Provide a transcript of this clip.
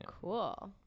Cool